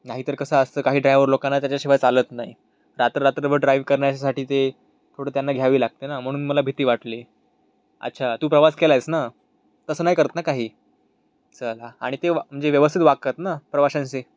नाहीतर कसं असतं काही ड्रायव्हर लोकांना त्याच्याशिवाय चालत नाही रात्र रात्रभर ड्राइव करण्यासाठी ते थोडे त्यांना घ्यावी लागते ना म्हणून मला भीती वाटली अच्छा तू प्रवास केला आहेस ना तसं नाही करत ना काही चला आणि ते म्हणजे व्यवस्थित वागतात ना प्रवाशांशी